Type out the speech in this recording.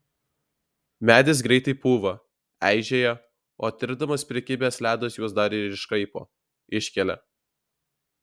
medis greitai pūva eižėja o tirpdamas prikibęs ledas juos dar ir iškraipo iškelia